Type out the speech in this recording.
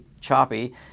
choppy